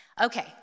Okay